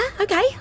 okay